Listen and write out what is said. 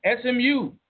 SMU